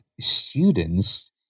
students